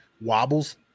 wobbles